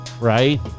right